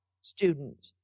student